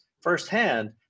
firsthand